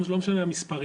לא משנה המספרים,